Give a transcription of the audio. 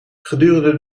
gedurende